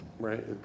Right